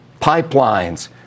Pipelines